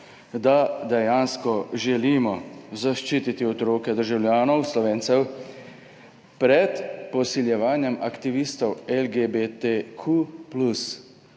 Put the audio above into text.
dejansko zaščititi otroke državljanov, Slovencev pred posiljevanjem aktivistov LGBTQ+